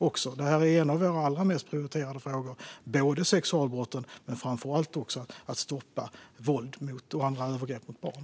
Sexualbrotten är en av våra allra mest prioriterade frågor, framför allt att stoppa våld och andra övergrepp mot barn.